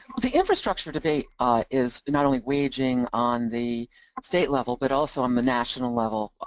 the infrastructure debate is not only waging on the state level, but also on the national level,